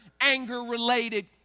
anger-related